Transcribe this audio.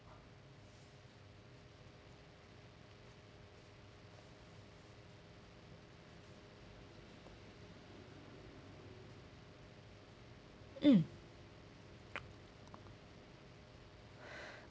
mm